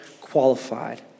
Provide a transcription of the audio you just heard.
qualified